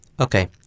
Okay